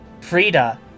Frida